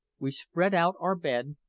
we spread out our bed,